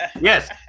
Yes